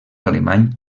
alemany